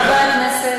שבאים לרצוח?